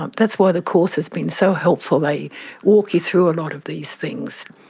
ah that's why the course has been so helpful. they walk you through a lot of these things,